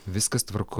viskas tvarkoj